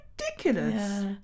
ridiculous